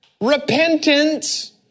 Repentance